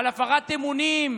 על הפרת אמונים,